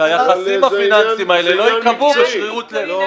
שהיחסים הפיננסיים האלה לא ייקבעו בשרירות לב.